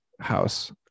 house